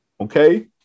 Okay